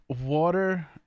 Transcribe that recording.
Water